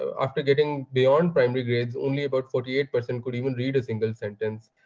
after getting beyond primary grades, only about forty eight percent could even read a single sentence.